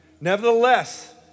Nevertheless